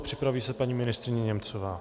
Připraví se paní ministryně Němcová.